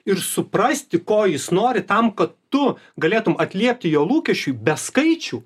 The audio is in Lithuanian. ir suprasti ko jis nori tam kad tu galėtum atliepti jo lūkesčiui be skaičių